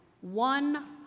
one